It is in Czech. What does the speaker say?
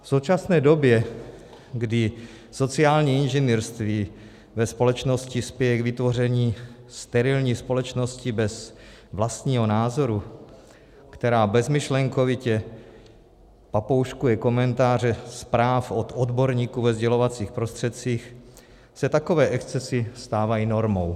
V současné době, kdy sociální inženýrství ve společnosti spěje k vytvoření sterilní společnosti bez vlastního názoru, která bezmyšlenkovitě papouškuje komentáře zpráv od odborníků ve sdělovacích prostředcích, se takové excesy stávají normou.